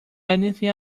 anything